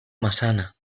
massana